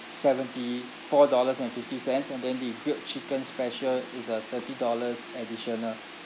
seventy four dollars and fifty cents and then the grilled chicken special is uh thirty dollars additional